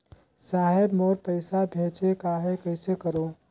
साहेब मोर पइसा भेजेक आहे, कइसे करो?